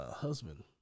husband